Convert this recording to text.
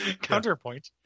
counterpoint